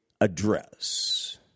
Address